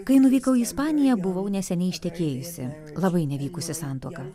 kai nuvykau į ispaniją buvau neseniai ištekėjusi labai nevykusi santuoka